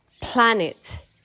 planet